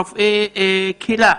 גם את בתי החולים, גם את רופאי הקהילה.